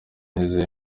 nizeye